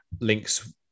Link's